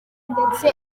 ndetse